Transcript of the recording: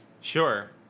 Sure